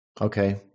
Okay